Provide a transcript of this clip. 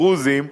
הדרוזים,